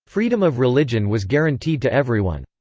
freedom of religion was guaranteed to everyone.